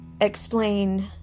explain